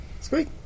Squeak